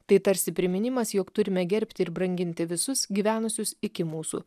tai tarsi priminimas jog turime gerbti ir branginti visus gyvenusius iki mūsų